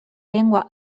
lengua